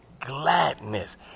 gladness